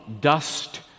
dust